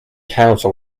council